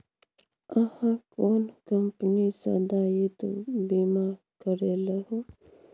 अहाँ कोन कंपनी सँ दायित्व बीमा करेलहुँ